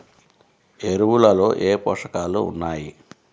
ఎరువులలో ఏ పోషకాలు ఉన్నాయి?